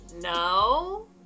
no